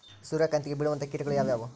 ಸೂರ್ಯಕಾಂತಿಗೆ ಬೇಳುವಂತಹ ಕೇಟಗಳು ಯಾವ್ಯಾವು?